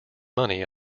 money